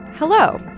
Hello